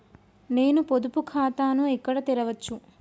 నేను పొదుపు ఖాతాను ఎక్కడ తెరవచ్చు?